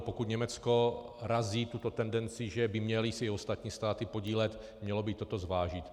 Pokud Německo razí tuto tendenci, že by se měly i ostatní státy podílet, mělo by i toto zvážit.